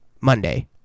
Monday